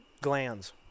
glands